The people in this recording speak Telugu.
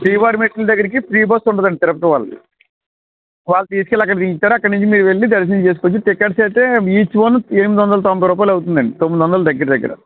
శ్రీవారిమెట్లు దగ్గరికి ఫ్రీ బస్సు ఉంటుంది అండి తిరుపతి వాళ్ళది వాల్ తీసుకువెళ్ళి అక్కడ దించుతారు అక్కడ నుంచి మీరు వెళ్ళి దర్శనం చేసుకోవచ్చు టికెట్స్ అయితే ఈచ్ వన్ ఎనిమిది వందల తొంభై రూపాయలు అవుతుంది అండి తొమ్మిది వందలు దగ్గర దగ్గర